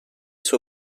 suo